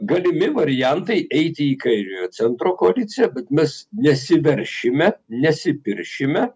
galimi variantai eiti į kairiojo centro koaliciją bet mes nesiveršime nesipiršime